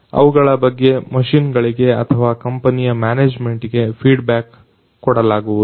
ಅವುಗಳ ಬಗ್ಗೆ ಮಷೀನ್ ಗಳಿಗೆ ಅಥವಾ ಕಂಪನಿಯ ಮ್ಯಾನೇಜ್ಮೆಂಟ್ ಗೆ ಫೀಡ್ಬ್ಯಾಕ್ ಕೊಡಲಾಗುವುದು